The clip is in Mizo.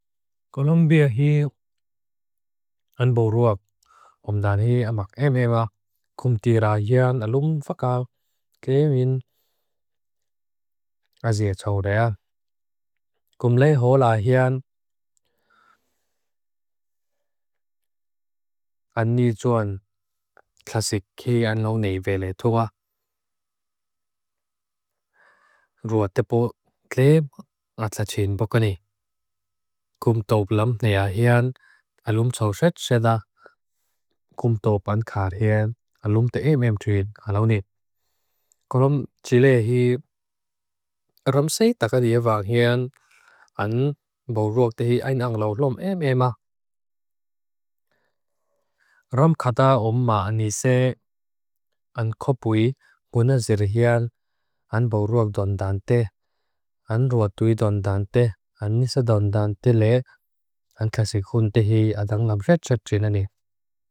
Kolumbia hi an boruap. Omdan hi amak emhema. Kum tira hian alum fakav ke min azia tsaurean. Kum le hola hian an nijuan. Klasik hi an ngauni veletua. Rua tepo kle atachin pokani. Kum top lam nea hian alum tsaushet seda. Kum top an khaar hian alum te emem trin alaunin. Kolumb Chile hi ramseitakadia vaak hian an boruap tehi ainang laulum emema. Ram khada omma anise an kopui unazir hian an boruap dondanteh. An ruatuidondanteh. An nisa dondanteh le. An klasik hun tehi ad ang nga brechat trinane.